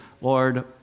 Lord